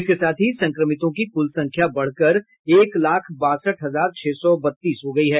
इसके साथ ही संक्रमितों की कुल संख्या बढ़कर एक लाख बासठ हजार छह सौ बत्तीस हो गयी है